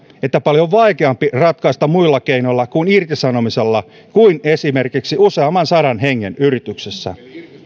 että paljon vaikeampi ratkaista muilla keinoilla kuin irtisanomisella kuin esimerkiksi useamman sadan hengen yrityksessä